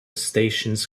stations